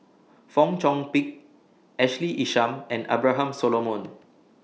Fong Chong Pik Ashley Isham and Abraham Solomon